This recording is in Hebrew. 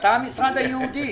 אתה המשרד הייעודי.